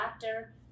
doctor